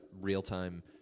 real-time